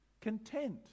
content